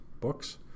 books